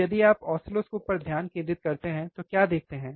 तो यदि आप ऑसिलोस्कोप पर ध्यान केंद्रित करते हैं तो क्या देखते हैं